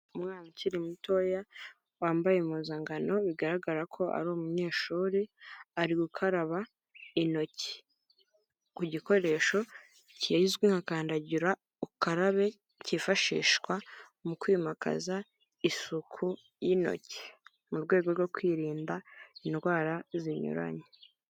Umwana ukiri mutoya wambaye impuzankano bigaragara ko ari umunyeshuri, ari gukaraba intoki ku gikoresho kizwi nkakandagira ukarabe kifashishwa mu kwimakaza isuku y'intoki mu rwego rwo kwirinda indwara zinyuranye.